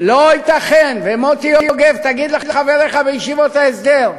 לא ייתכן, ומוטי יוגב, תגיד לחבריך בישיבות ההסדר: